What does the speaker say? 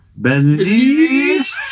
Believe